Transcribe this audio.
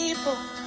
people